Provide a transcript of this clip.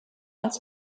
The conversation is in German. als